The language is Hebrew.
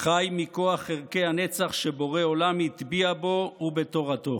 חי מכוח ערכי הנצח שבורא עולם הטביע בו ובתורתו.